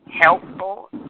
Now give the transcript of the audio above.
helpful